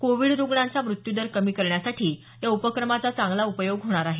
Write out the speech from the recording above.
Covid रुग्णांचा मृत्यूदर कमी करण्यासाठी या उपक्रमाचा चांगला उपयोग होणार आहे